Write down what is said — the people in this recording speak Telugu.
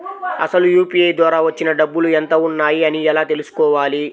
అసలు యూ.పీ.ఐ ద్వార వచ్చిన డబ్బులు ఎంత వున్నాయి అని ఎలా తెలుసుకోవాలి?